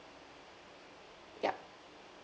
ya